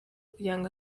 kugirango